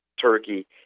Turkey